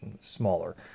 smaller